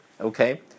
Okay